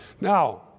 Now